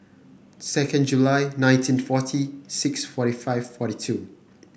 second July nineteen forty six forty five forty two